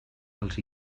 els